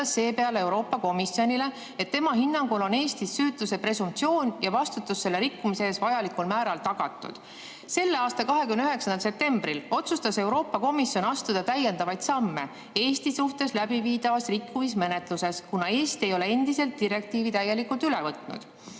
seepeale Euroopa Komisjonile, et tema hinnangul on Eestis süütuse presumptsioon ja vastutus selle rikkumise eest vajalikul määral tagatud. Selle aasta 29. septembril otsustas Euroopa Komisjon astuda täiendavaid samme Eesti suhtes läbiviidavas rikkumismenetluses, kuna Eesti ei ole endiselt direktiivi täielikult üle võtnud.